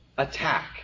attack